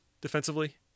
defensively